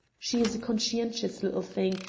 she is a conscientious little thing,